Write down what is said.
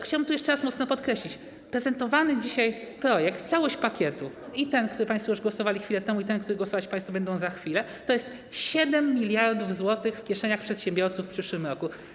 Chciałbym jeszcze raz mocno podkreślić, że prezentowany dzisiaj projekt, całość pakietu - i ten, nad którym państwo głosowali chwilę temu, i ten, nad którym głosować państwo będą za chwilę - to jest 7 mld zł w kieszeniach przedsiębiorców w przyszłym roku.